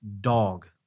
dog